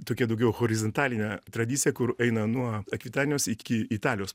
tokią daugiau horizontalinę tradiciją kur eina nuo akvitanijos iki italijos